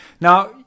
Now